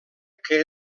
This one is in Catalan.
que